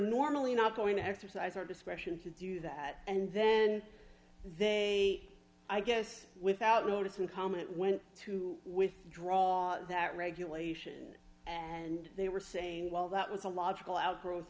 normally not going to exercise her discretion to do that and then they i guess without notice and comment went to withdraw that regulation and they were saying well that was a logical outgrowth